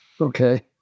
Okay